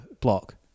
block